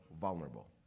vulnerable